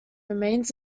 remains